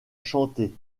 chanter